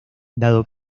dado